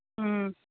ꯎꯝ